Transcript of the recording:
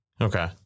Okay